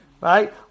right